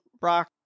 Brock